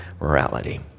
morality